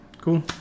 cool